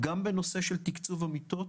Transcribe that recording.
גם בנושא של תקצוב המיטות,